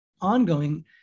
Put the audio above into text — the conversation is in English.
ongoing